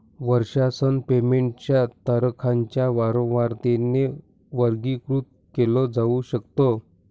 वर्षासन पेमेंट च्या तारखांच्या वारंवारतेने वर्गीकृत केल जाऊ शकत